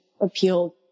appealed